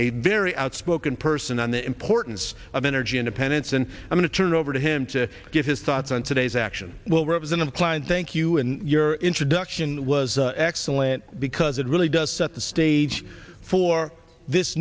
a very outspoken person on the importance of energy independence and i'm going to turn it over to him to get his thoughts on today's action well rather than implying thank you and your introduction was excellent because it really does set the stage for this